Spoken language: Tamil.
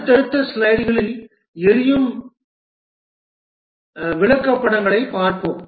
அடுத்தடுத்த ஸ்லைடுகளில் எரியும் விளக்கப்படங்களைப் பார்ப்போம்